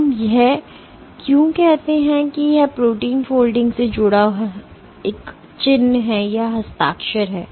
और हम यह क्यों कहते हैं कि यह प्रोटीन फोल्डिंग से जुड़ा हस्ताक्षर है